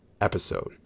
episode